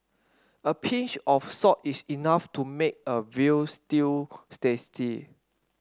a pinch of salt is enough to make a veal stew's tasty